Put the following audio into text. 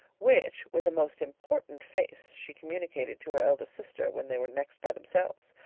which, with a most important face, she communicated to her eldest sister, when they were next by themselves.